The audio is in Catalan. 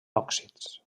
òxids